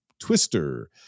Twister